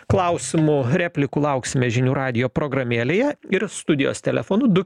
klausimų replikų lauksime žinių radijo programėlėje ir studijos telefonu du